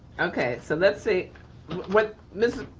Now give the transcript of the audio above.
okay, so let's see what ms.